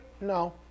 No